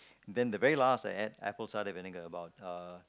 then the very last I add apple cidar vinegar about uh